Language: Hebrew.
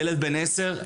ילד בן 10,